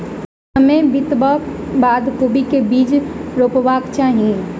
समय बितबाक बाद कोबी केँ के बीज रोपबाक चाहि?